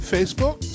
Facebook